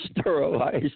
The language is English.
sterilized